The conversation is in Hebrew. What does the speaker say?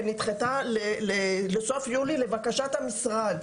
נדחתה לסוף יולי לבקשת המשרד.